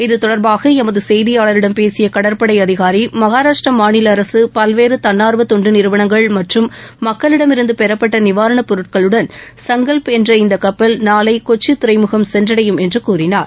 இது தொடர்பாக எமது செய்தியாளரிடம் பேசிய கடற்படை அதிகாரி மகாராஷ்டிர மாநில அரசு மற்றும் பல்வேறு தன்னார்வ தொண்டு நிறுவளங்கள் மக்களிடம் இருந்து பெறப்பட்ட நிவாரணப் பொருட்களுடன் சங்கல் என்ற இந்த கப்பலில் நாளை கொச்சி துறைமுகம் சென்றடையும் கூறினார்